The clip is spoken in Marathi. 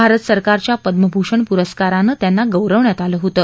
भारत सरकारच्या पद्मभूषण पुरस्कारानं त्यांना गौरवण्यात आलं होतं